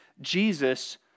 Jesus